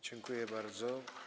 Dziękuję bardzo.